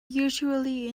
usually